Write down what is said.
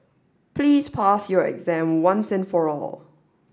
please pass your exam once and for all